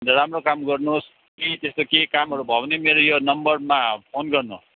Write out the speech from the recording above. अन्त राम्रो काम हेर्नुहोस् केही त्यस्तो केही कामहरू भयो भने मेरो यो नम्बरमा फोन गर्नु